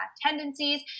tendencies